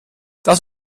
das